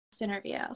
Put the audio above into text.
interview